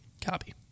Copy